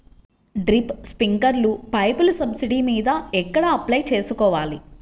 Drip, స్ప్రింకర్లు పైపులు subsidy మీద ఎక్కడ అప్లై చేసుకోవాలి?